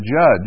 judge